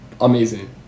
Amazing